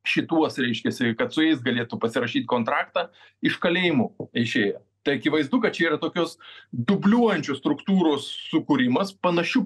šituos reiškiasi kad su jais galėtų pasirašyt kontraktą iš kalėjimų išėję tai akivaizdu kad čia yra tokios dubliuojančių struktūrų sukūrimas panašių